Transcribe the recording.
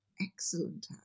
excellent